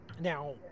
now